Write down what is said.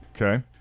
Okay